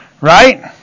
Right